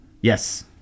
Yes